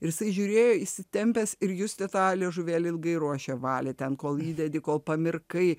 ir jisai žiūrėjo įsitempęs ir justė tą liežuvėlį ilgai ruošia valė ten kol įdedi kol pamirkai